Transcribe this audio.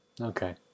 Okay